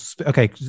okay